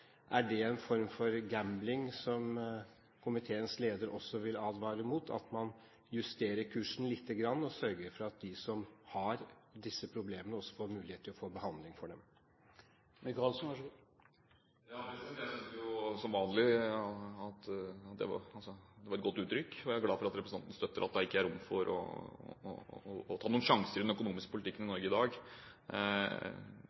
Er det en form for gambling som komiteens leder også vil advare mot, at man justerer kursen litt og sørger for at de som har disse problemene, også får mulighet til å få behandling for dem? Jeg synes som vanlig at det var et godt uttrykk, og jeg er glad for at representanten Syversen støtter at det ikke er rom for å ta noen sjanser i den økonomiske politikken i